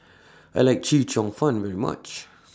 I like Chee Cheong Fun very much